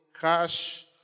cash